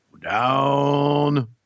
down